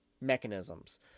mechanisms